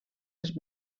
els